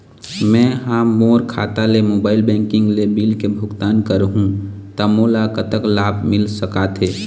मैं हा मोर खाता ले मोबाइल बैंकिंग ले बिल के भुगतान करहूं ता मोला कतक लाभ मिल सका थे?